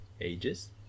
ages